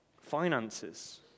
finances